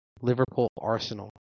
Liverpool-Arsenal